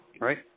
Right